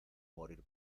morir